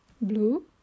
blue